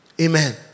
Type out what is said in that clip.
Amen